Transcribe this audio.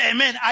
Amen